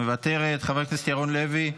מוותרת, חבר הכנסת ירון לוי,